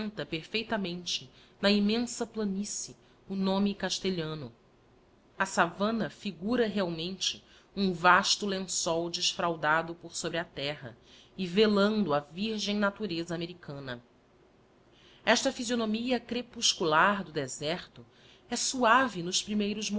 assenta perfeitamente na immensa planície o nome castelhano a sava na figura realmente um vasto lençol desfraldado por sobre a terra e velando a virgem natureza americana esta physionoraia crepuscular do deserto é suave nos primeiros